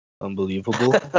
Unbelievable